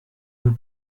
vous